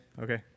Okay